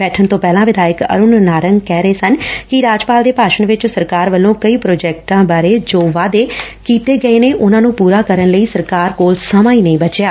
ਬੈਠਣ ਤੋ' ਪਹਿਲਾਂ ਵਿਧਾਇਕ ਅਰੁਣ ਨਾਰੰਗ ਕਹਿ ਰਹੇ ਸਨ ਕਿ ਰਾਜਪਾਲ ਦੇ ਭਾਸ਼ਣ ਵਿਚ ਸਰਕਾਰ ਵੱਲੋ' ਕਈ ਪ੍ਰੋਜੈਕਟਾਂ ਬਾਰੇ ਜੋ ਵਾਦੇ ਕੀਤੇ ਗਏ ਨੇ ਉਨ੍ਹਾਂ ਨੂੰ ਪੁਰਾ ਕਰਨ ਲਈ ਸਰਕਾਰ ਕੋਲ ਸਮਾਂ ਹੀ ਨਹੀਂ ਬਚਿਆ